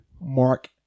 Mark